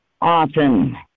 often